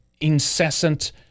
incessant